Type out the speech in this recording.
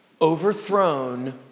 overthrown